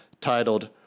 titled